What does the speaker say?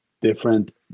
different